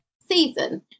season